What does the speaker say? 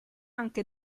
anche